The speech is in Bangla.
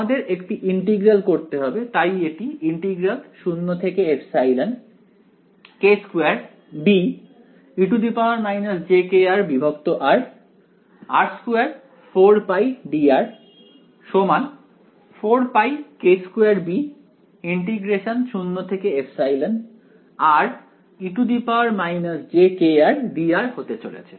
আমাদের একটি ইন্টিগ্রাল করতে হবে তাই এটি k2be jkrrr24πdr 4πk2bre jkrdr হতে চলেছে